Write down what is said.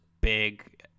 big